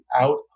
out